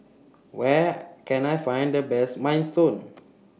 Where Can I Find The Best Minestrone